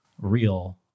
real